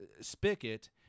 spigot